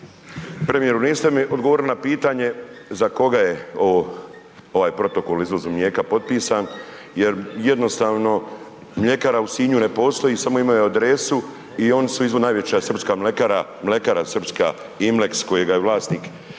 Premijeru niste mi odgovorili na pitanje, za koga je ovo, ovaj protokol o izvozu mlijeka potpisan, jer jednostavno mljekara u Sinju ne postoji samo imaju adresu i oni su …/nerazumljivo/… srpska mlekara, mlekara srpska Imleks kojega je vlasnik